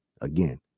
Again